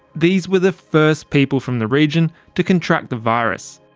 these were the first people from the region to contract the virus.